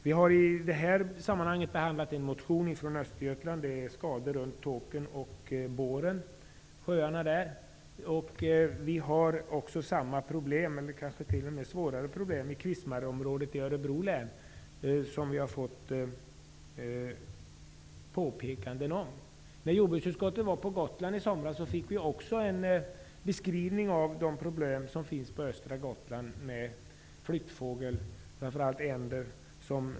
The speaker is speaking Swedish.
Vi har behandlat en motion om skador runt sjöarna Tåkern och Boren i Östergötland. Vi har också fått påpekanden om samma eller kanske t.o.m. svårare problem i När jordbruksutskottet var på Gotland i somras fick vi en beskrivning av de problem med flyttfåglar, framför allt änder, som också finns på östra Gotland.